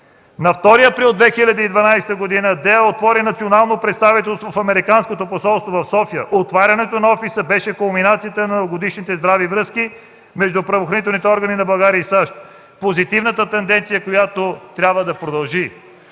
„На 2 април 2012 г. DЕА отвори национално представителство в Американското посолство в София. Отварянето на офиса беше кулминацията на дългогодишните здрави връзки между правоохранителните органи на България и САЩ. Позитивната тенденция трябва да продължи.”